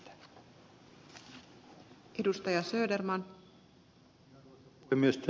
täällä ed